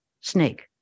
Snake